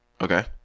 Okay